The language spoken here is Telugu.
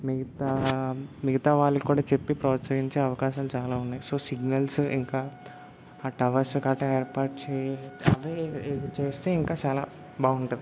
మిగతా మిగతా వాళ్ళక్కూడా చెప్పి ప్రోత్సహించే అవకాశాలు చాలా ఉన్నాయి సో సిగ్నల్స్ ఇంకా ఆ టవర్స్ కటా ఏర్పాటు చెయ్యి ఇది చేస్తే ఇంకా చాలా బాగుంటుంది